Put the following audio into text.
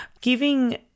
giving